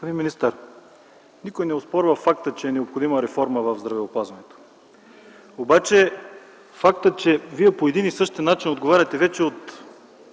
Господин министър, никой не оспорва факта, че е необходима реформа в здравеопазването. Обаче фактът, че Вие по един и същи начин отговаряте от